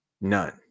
none